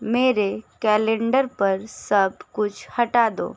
मेरे कैलेंडर पर सब कुछ हटा दो